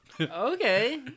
Okay